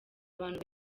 abantu